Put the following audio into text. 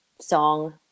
song